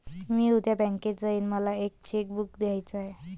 मी उद्या बँकेत जाईन मला एक चेक बुक घ्यायच आहे